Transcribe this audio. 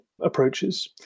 approaches